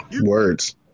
Words